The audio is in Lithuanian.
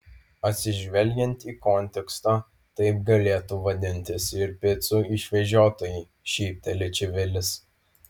atsižvelgiant į kontekstą taip galėtų vadintis ir picų išvežiotojai šypteli čivilis